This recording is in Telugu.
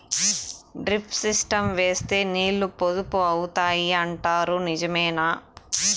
డ్రిప్ సిస్టం వేస్తే నీళ్లు పొదుపు అవుతాయి అంటారు నిజమేనా?